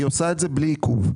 היא עושה את זה בלי עיכוב.